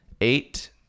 eight